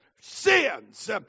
sins